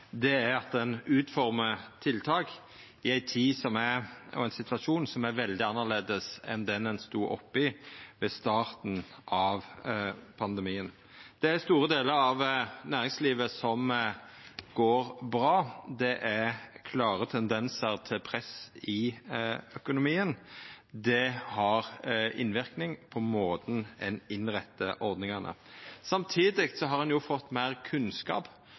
Det er at ein formar ut tiltak i ei tid og i ein situasjon som er veldig annleis enn den ein stod i ved starten av pandemien. Det er store delar av næringslivet som går bra. Det er klare tendensar til press i økonomien. Det har innverknad på måten ein innrettar ordningane på. Samtidig har ein fått meir kunnskap